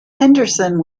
henderson